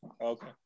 Okay